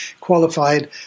Qualified